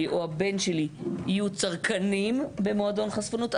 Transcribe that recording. או הבן שלי יהיו צרכנים במועדון חשפנות,